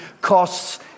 costs